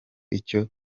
icyo